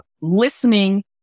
listening